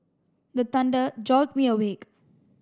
the thunder jolt me awake